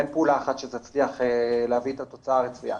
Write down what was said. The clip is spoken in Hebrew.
אין פעולה אחת שתצליח להביא את התוצאה הרצויה.